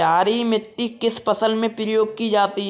क्षारीय मिट्टी किस फसल में प्रयोग की जाती है?